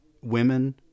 women